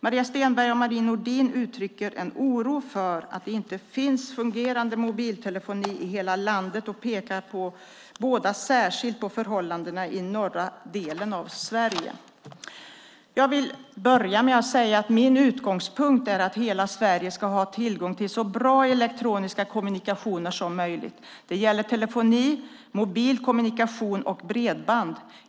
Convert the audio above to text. Maria Stenberg och Marie Nordén uttrycker en oro för att det inte finns fungerande mobiltelefoni i hela landet och pekar båda särskilt på förhållandena i norra delen av Sverige. Jag vill börja med att säga att min utgångspunkt är att hela Sverige ska ha tillgång till så bra elektroniska kommunikationer som möjligt. Det gäller telefoni, mobil kommunikation och bredband.